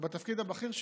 ובתפקיד הבכיר שלך,